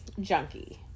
junkie